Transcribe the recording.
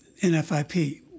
NFIP